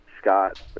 Scott